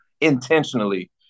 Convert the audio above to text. intentionally